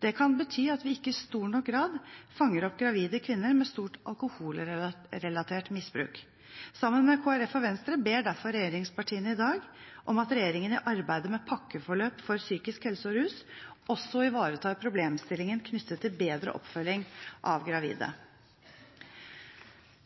Det kan bety at vi ikke i stor nok grad fanger opp gravide kvinner med stort alkoholrelatert misbruk. Sammen med Kristelig Folkeparti og Venstre ber derfor regjeringspartiene i dag om at regjeringen i arbeidet med pakkeforløp for psykisk helse og rus også ivaretar problemstillingen knyttet til bedre oppfølging av gravide.